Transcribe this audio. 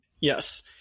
Yes